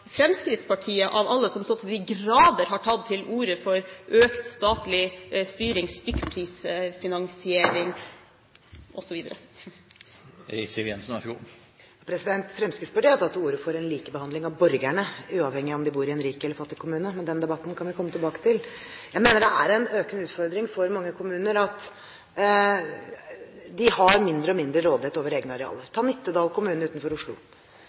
Fremskrittspartiet, av alle, som så til de grader har tatt til orde for økt statlig styring, stykkprisfinansiering osv. Fremskrittspartiet har tatt til orde for en likebehandling av borgerne, uavhengig av om de bor i en rik eller i en fattig kommune, men den debatten kan vi komme tilbake til. Jeg mener det er en økende utfordring for mange kommuner at de har mindre og mindre rådighet over egne arealer. La oss ta Nittedal kommune utenfor Oslo.